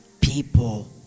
people